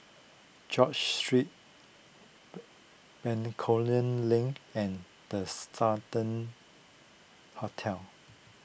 George Street Bencoolen Link and the Sultan Hotel